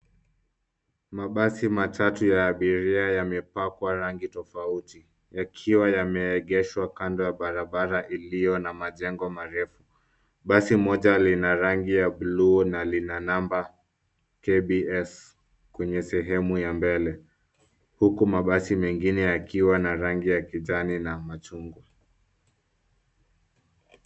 Mabasi matatu ya abiria yamepakwa rangi tofauti yakiwa yameegeshwa kando ya barabara iliyo na majengo marefu. Basi moja lina rangi ya buluu na lina namba KBS kwenye sehemu ya mbele huku mabasi mengine yakiwa na rangi ya kijani na machungwa.